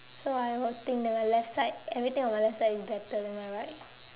so I will think that my left side everything on my left side is better than my right